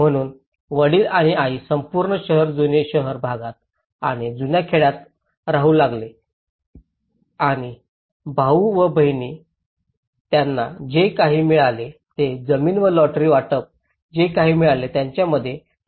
म्हणून वडील आणि आई संपूर्ण शहर जुने शहर भागात आणि जुन्या खेड्यात राहू लागले आणि भाऊ व बहिणी त्यांना जे काही मिळाले ते जमीन व लॉटरी वाटप जे काही मिळाले त्यामध्ये त्यांनी विखुरले